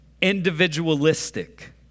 individualistic